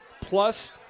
plus